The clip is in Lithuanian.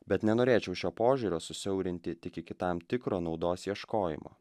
bet nenorėčiau šio požiūrio susiaurinti tik iki tam tikro naudos ieškojimo